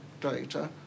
data